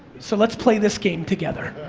so let's play this game together.